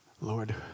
Lord